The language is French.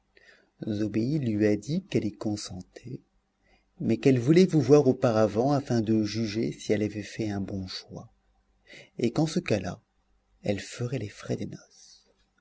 zobéide lui a dit qu'elle y consentait mais qu'elle voulait vous voir auparavant afin de juger si elle avait fait un bon choix et qu'en ce cas-là elle ferait les frais des noces